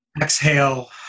Exhale